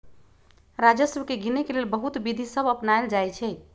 राजस्व के गिनेके लेल बहुते विधि सभ अपनाएल जाइ छइ